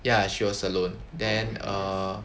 ya she was alone then err